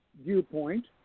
viewpoint